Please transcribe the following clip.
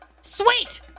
sweet